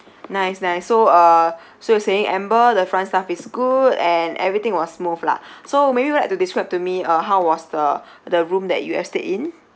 nice nice so uh so you're saying amber the front staff is good and everything was smooth lah so maybe you would like to describe to me uh how was the the room that you have stayed in